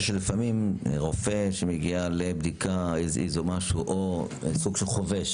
רופא שמגיע לבדיקה, או שמגיע חובש